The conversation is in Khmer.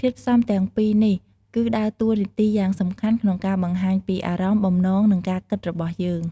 ធាតុផ្សំទាំងពីរនេះគឺដើរតួនាទីយ៉ាងសំខាន់ក្នុងការបង្ហាញពីអារម្មណ៍ បំណង និងការគិតរបស់យើង។